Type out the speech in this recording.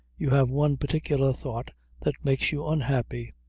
you have one particular thought that makes you unhappy.